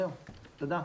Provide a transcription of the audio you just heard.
תודה.